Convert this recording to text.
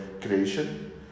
creation